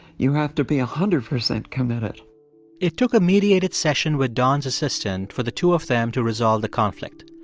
you have to be one hundred percent committed it took a mediated session with don's assistant for the two of them to resolve the conflict.